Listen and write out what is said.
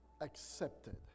accepted